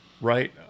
right